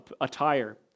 attire